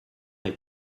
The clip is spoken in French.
est